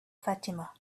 fatima